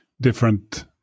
different